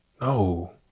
no